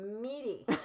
Meaty